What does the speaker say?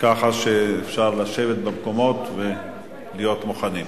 כך שאפשר לשבת במקומות ולהיות מוכנים.